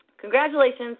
congratulations